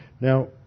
Now